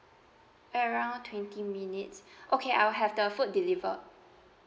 around twenty minutes okay I'll have the food delivered